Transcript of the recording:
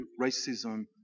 racism